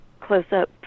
close-up